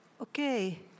Okay